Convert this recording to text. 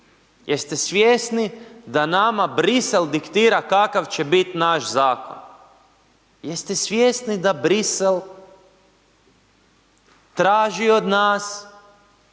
jeste svjesni da nama Bruxelles diktira kakav će bit naš zakon, jeste svjesni da Bruxelles traži od nas